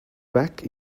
back